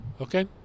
Okay